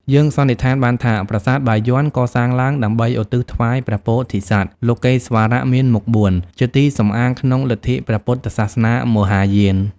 យើងសន្និដ្ឋានបានថា ប្រាសាទបាយ័នកសាងឡើង ដើម្បីឧទ្ទិសថ្វាយព្រះពោធិសត្វ លោកេស្វរៈមានមុខ៤ ជាទីសំអាងក្នុងលទ្ធិព្រះពុទ្ធសាសនាមហាយាន ។